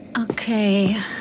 Okay